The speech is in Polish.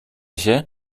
się